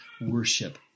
worship